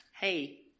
hey